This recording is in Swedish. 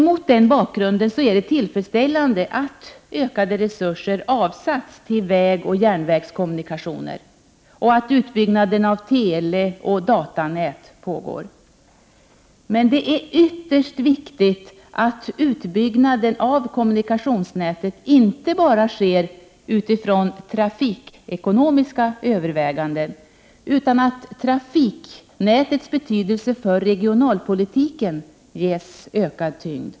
Mot denna bakgrund är det tillfredsställande att ökade resurser avsatts till vägoch järnvägskommunikationer och att utbyggnaden av teleoch datanät pågår. Det är dock ytterst viktigt att utbyggnaden av kommunikationsnätet inte bara sker utifrån trafikekonomiska överväganden utan att trafiknätets betydelse för regionalpolitiken ges ökad tyngd.